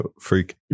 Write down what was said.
freak